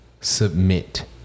submit